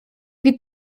beat